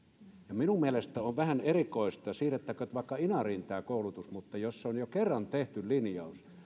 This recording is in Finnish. minun mielestäni tämä on vähän erikoista siirrettäköön vaikka inariin tämä koulutus mutta jos se on jo kerran tehty linjaus ja